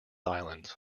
islands